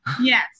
Yes